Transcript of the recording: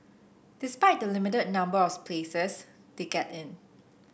despite the limited number of places they get in